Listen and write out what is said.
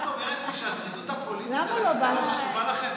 את אומרת לי שהשרידות הפוליטית על הכיסא לא חשובה לכם?